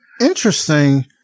Interesting